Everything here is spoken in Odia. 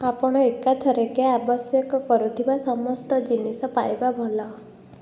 ଆପଣ ଏକାଥରକେ ଆବଶ୍ୟକ କରୁଥିବା ସମସ୍ତ ଜିନିଷ ପାଇବା ଭଲ